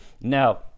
now